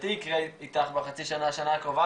שמבחינתי יקרה איתך בחצי שנה-השנה הקרובה